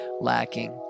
lacking